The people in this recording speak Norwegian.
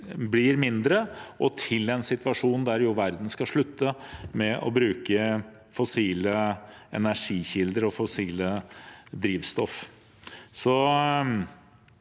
og på en situasjon der verden skal slutte å bruke fossile energikilder og fossilt drivstoff.